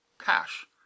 Cash